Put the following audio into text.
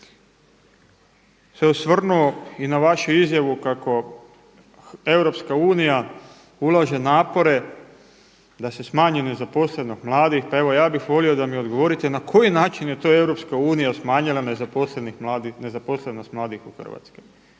se osvrnuo i na vašu izjavu kako EU ulaže napore da se smanji nezaposlenost mladih, pa evo ja bih volio da mi odgovorite na koji način je to Europska unija smanjila nezaposlenost mladih u Hrvatskoj